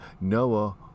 Noah